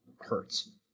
hurts